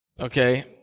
okay